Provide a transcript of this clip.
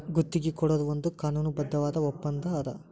ಗುತ್ತಿಗಿ ಕೊಡೊದು ಒಂದ್ ಕಾನೂನುಬದ್ಧವಾದ ಒಪ್ಪಂದಾ ಅದ